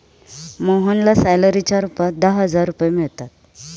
मोहनला सॅलरीच्या रूपात दहा हजार रुपये मिळतात